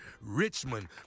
Richmond